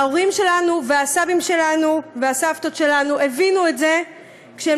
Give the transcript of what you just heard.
ההורים שלנו והסבים שלנו והסבתות שלנו הבינו את זה כשהם